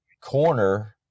corner